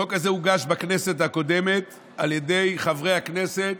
החוק הזה הוגש בכנסת הקודמת על ידי חברי הכנסת